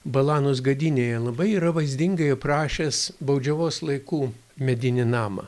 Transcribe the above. balanos gadynėje labai yra vaizdingai aprašęs baudžiavos laikų medinį namą